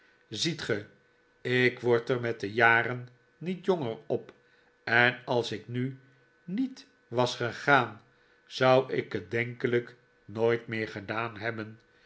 ziet ge ik word er met de jaren niet jonger op en als ik nu niet was gegaan zou ik het denkelijk nooit meer gedaan hebben